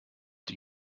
die